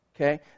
Okay